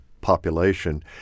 population